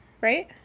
right